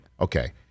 Okay